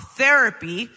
therapy